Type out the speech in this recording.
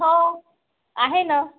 हो आहे ना